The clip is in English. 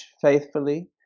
faithfully